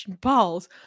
balls